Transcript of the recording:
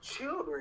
children